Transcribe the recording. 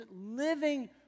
living